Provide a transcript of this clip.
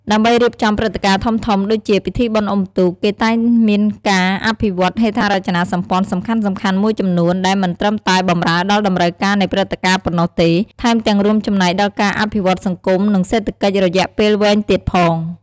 ដើម្បីរៀបចំព្រឹត្តិការណ៍ធំៗដូចជាពិធីបុណ្យអុំទូក គេតែងមានការអភិវឌ្ឍហេដ្ឋារចនាសម្ព័ន្ធសំខាន់ៗមួយចំនួន ដែលមិនត្រឹមតែបម្រើដល់តម្រូវការនៃព្រឹត្តិការណ៍ប៉ុណ្ណោះទេ ថែមទាំងរួមចំណែកដល់ការអភិវឌ្ឍសង្គមនិងសេដ្ឋកិច្ចរយៈពេលវែងទៀតផង។